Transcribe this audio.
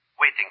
Waiting